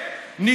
מה, ביבי משקר?